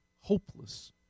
hopeless